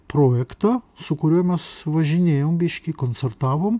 projektą su kuriuo mes važinėjom biškį koncertavom